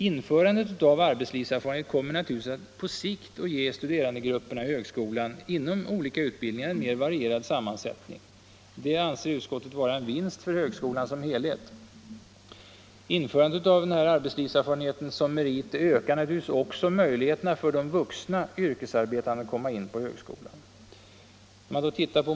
Införandet av arbetslivserfarenhet kommer naturligtvis på sikt att ge studerandegrupperna i högskolan inom olika utbildningar en mer varierad sammansättning. Det anser utskottet vara en vinst för högskolan som helhet. Införandet av arbetslivserfarenheten som merit ökar naturligtvis också möjligheterna för de vuxna yrkesarbetande att komma in på högskolan.